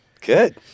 Good